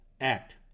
act